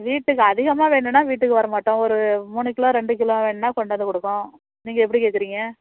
வீட்டுக்கு அதிகமாக வேணும்ன்னா வீட்டுக்கு வரமாட்டோம் ஒரு மூணு கிலோ ரெண்டு கிலோ வேணுன்னா கொண்டு வந்து கொடுப்போம் நீங்கள் எப்படி கேட்குறீங்க